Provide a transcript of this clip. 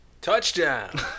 Touchdown